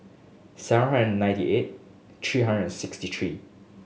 seven hundred ninety eight three hundred and sixty three